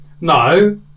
No